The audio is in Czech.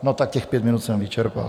No, tak těch pět minut jsem vyčerpal.